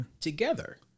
together